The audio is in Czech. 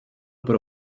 pro